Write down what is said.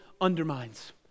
undermines